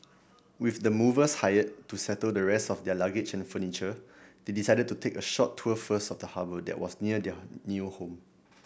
with the movers hired to settle the rest of their luggage and furniture they decided to take a short tour first of the harbour that was near their new home